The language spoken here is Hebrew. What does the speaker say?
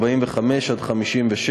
45 56,